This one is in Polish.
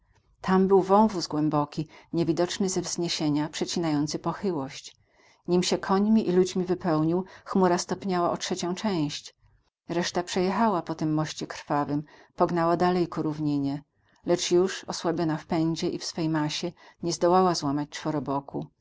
tam był wąwóz głęboki niewidoczny ze wzniesienia przecinający pochyłość nim się końmi i ludźmi wypełnił chmura stopniała o trzecią część reszta przejechała po tym moście krwawym pognała dalej ku równinie lecz już osłabiona w pędzie i w swej masie nie zdołała złamać czworoboku